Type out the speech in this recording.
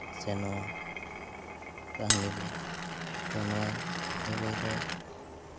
ᱥᱮ ᱱᱚᱣᱟ ᱠᱟᱹᱦᱱᱤ ᱵᱳᱭ ᱛᱚ ᱱᱚᱣᱟ ᱠᱟᱹᱦᱱᱤ ᱵᱳᱭ ᱫᱚ